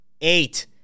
Eight